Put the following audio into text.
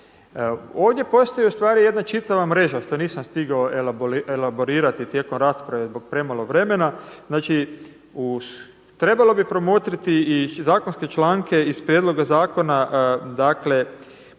Ovdje postoji ustvari jedna čitava mreža što nisam stigao elaborirati tijekom rasprave zbog premalo vremena. Znači trebalo bi promotriti i zakonske članke iz prijedloga zakona, dakle